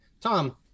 Tom